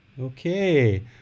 Okay